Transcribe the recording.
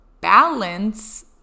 balance